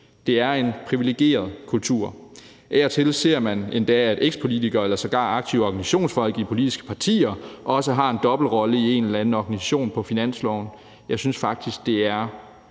Det er en privilegeret kultur. Af og til ser man endda, at ekspolitikere eller sågar aktive organisationsfolk i politiske partier også har en dobbeltrolle i en eller anden organisation på finansloven. Jeg synes faktisk, det er